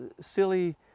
silly